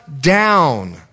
down